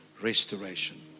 restoration